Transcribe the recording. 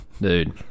dude